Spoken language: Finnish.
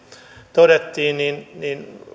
todettiin niin